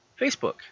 Facebook